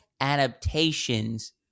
adaptations